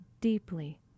deeply